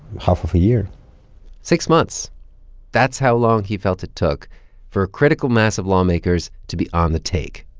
half of a year six months that's how long he felt it took for a critical mass of lawmakers to be on the take,